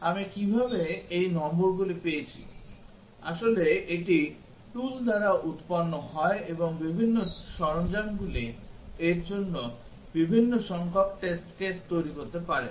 আমি কীভাবে এই নম্বরগুলি পেয়েছি আসলে এটি tool দ্বারা উৎপন্ন হয় এবং বিভিন্ন সরঞ্জামগুলি এর জন্য বিভিন্ন সংখ্যক টেস্ট কেস তৈরি করতে পারে